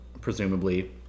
presumably